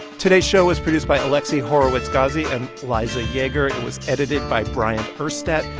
today's show was produced by alexi horowitz-ghazi and liza yeager. it was edited by bryant urstadt.